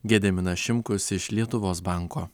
gediminas šimkus iš lietuvos banko